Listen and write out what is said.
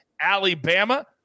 Alabama